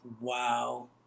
Wow